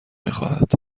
میخواهد